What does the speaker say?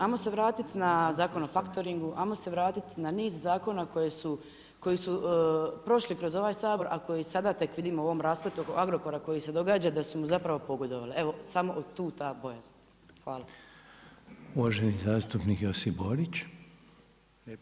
Ajmo se vratiti na Zakon o faktoringu, ajmo se vratiti na niz zakona koji su prošli kroz ovaj Sabor ako i sada tek vidimo u ovom raspletu oko Agrokora koji se događa, da su mu zapravo pogodovali, evo samo tu ta bojazan.